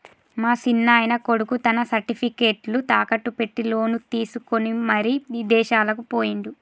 మా సిన్నాయన కొడుకు తన సర్టిఫికేట్లు తాకట్టు పెట్టి లోను తీసుకొని మరి ఇదేశాలకు పోయిండు